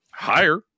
Higher